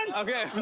and okay.